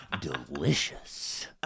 Delicious